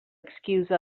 excuse